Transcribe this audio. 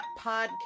podcast